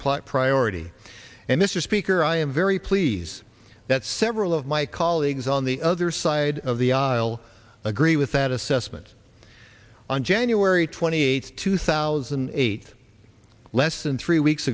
plus priority and this is speaker i am very pleased that several of my colleagues on the other side of the aisle agree with that assessment on january twenty eighth two thousand eight less than three weeks